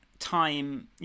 time